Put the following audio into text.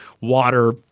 water